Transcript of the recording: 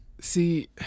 See